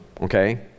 okay